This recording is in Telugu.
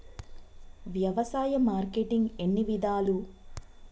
వ్యవసాయ మార్కెటింగ్ ఎన్ని విధాలు?